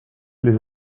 les